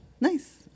Nice